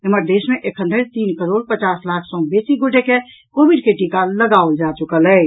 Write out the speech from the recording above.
एम्हर देश मे एखन धरि तीन करोड़ पचास लाख सॅ बेसी गोटे के कोविड के टीका लगाओल जा चुकल अछि